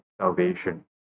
salvation